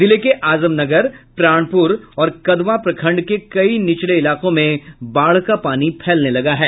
जिले के आजम नगर प्राणपुर और कदवां प्रखंड के कई निचले इलाकों में बाढ़ का पानी फैलने लगा है